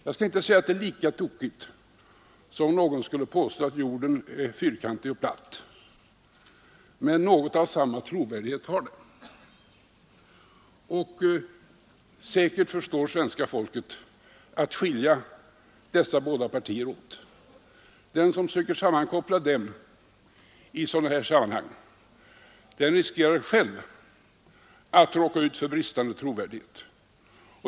Jag skall inte säga att det är lika tokigt som om någon skulle påstå att jorden är fyrkantig och platt, men något av samma trovärdighet har det. Säkert förstår svenska folket att skilja dessa båda partier åt. Den som söker sammankoppla dem i sådana här sammanhang riskerar själv att råka ut för bristande trovärdighet.